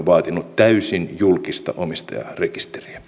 vaatinut täysin julkista omistajarekisteriä